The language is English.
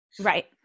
Right